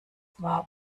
war